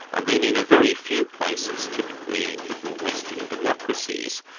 and then in a very few places, typically liberal western democracies,